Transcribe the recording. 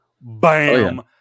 Bam